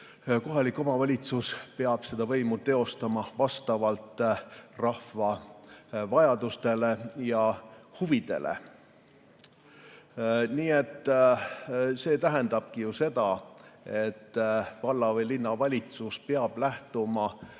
kohalik omavalitsus peab seda võimu teostama vastavalt rahva vajadustele ja huvidele. See tähendabki ju seda, et valla‑ või linnavalitsus peab lähtuma